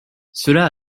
cela